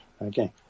Okay